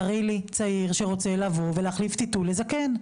תראי לי צעיר שרוצה לבוא ולהחליף טיטול לזקן,